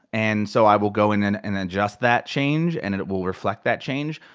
and so i will go and and and adjust that change, and it it will reflect that change.